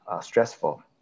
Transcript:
stressful